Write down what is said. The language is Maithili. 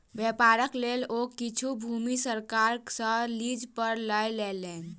व्यापारक लेल ओ किछ भूमि सरकार सॅ लीज पर लय लेलैन